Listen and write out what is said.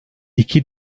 iki